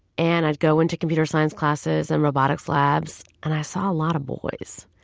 and i'd go into computer science classes and robotics labs. and i saw a lot of boys,